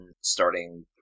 starting